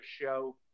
show